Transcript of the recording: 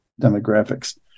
demographics